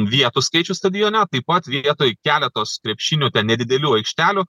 vietų skaičių stadione taip pat vietoj keletos krepšinio ten nedidelių aikštelių